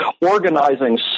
organizing